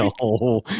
No